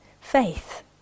faith